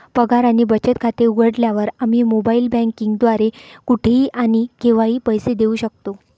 पगार आणि बचत खाते उघडल्यावर, आम्ही मोबाइल बँकिंग द्वारे कुठेही आणि केव्हाही पैसे देऊ शकतो